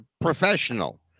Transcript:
professional